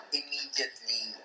immediately